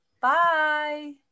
Bye